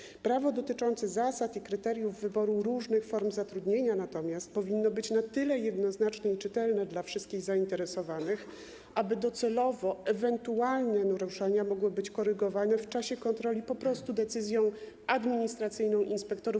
Natomiast prawo dotyczące zasad i kryteriów wyboru różnych form zatrudnienia powinno być na tyle jednoznaczne i czytelne dla wszystkich zainteresowanych, aby docelowo ewentualne naruszenia mogły być korygowane w czasie kontroli po prostu decyzją administracyjną inspektorów.